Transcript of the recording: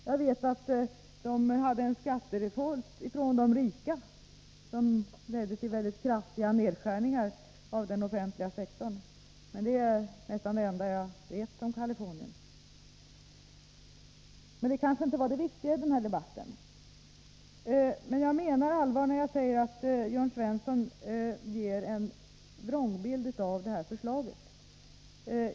Jag vet att man hade en skatterevolt från de rika som ledde till mycket kraftiga nedskärningar av den offentliga sektorn. Det är nästan det enda jag vet om Kalifornien. Men det kanske inte var det viktiga i den här debatten. Jag menar allvar när jag säger att Jörn Svensson ger en vrångbild av detta förslag.